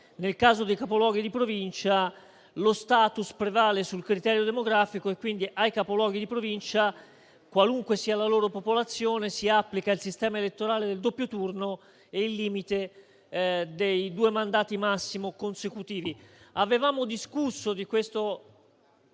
nel caso dei Capoluoghi di Provincia, lo *status* prevale sul criterio demografico e quindi ai Capoluoghi di Provincia, qualunque sia la loro popolazione, si applica il sistema elettorale del doppio turno e il limite dei due mandati al massimo consecutivi.